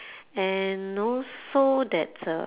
and also that uh